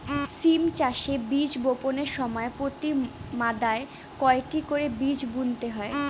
সিম চাষে বীজ বপনের সময় প্রতি মাদায় কয়টি করে বীজ বুনতে হয়?